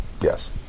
Yes